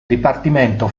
dipartimento